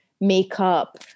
makeup